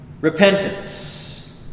repentance